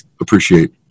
appreciate